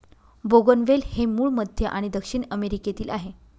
बोगनवेल हे मूळ मध्य आणि दक्षिण अमेरिकेतील आहे